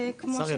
וכמו -- שרי,